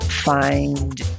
Find